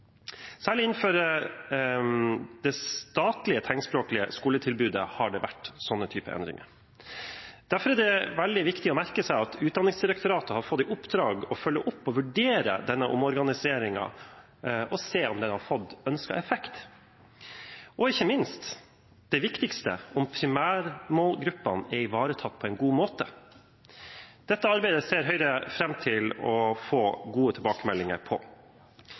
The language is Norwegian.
Særlig innenfor det statlige tegnspråklige skoletilbudet har det vært slike endringer. Derfor er det veldig viktig å merke seg at Utdanningsdirektoratet har fått i oppdrag å følge opp og vurdere denne omorganiseringen og se om den har fått ønsket effekt, og ikke minst det viktigste: om primærmålgruppene er ivaretatt på en god måte. Dette arbeidet ser Høyre fram til å få gode tilbakemeldinger på.